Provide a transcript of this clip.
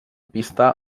pista